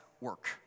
work